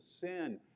sin